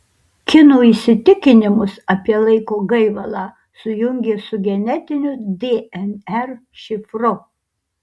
kinų įsitikinimus apie laiko gaivalą sujungė su genetiniu dnr šifru